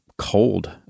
cold